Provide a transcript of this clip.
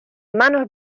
manos